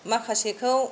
माखासेखौ